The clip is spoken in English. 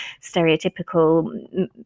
stereotypical